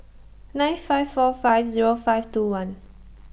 nine five four five Zero five two one